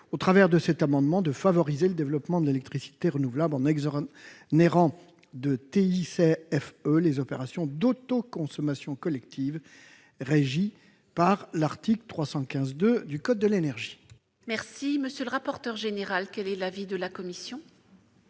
au travers de cet amendement, de favoriser le développement de l'électricité renouvelable en exonérant de TICFE les opérations d'autoconsommation collective régies par l'article L. 315-2 du code de l'énergie. Quel est l'avis de la commission ?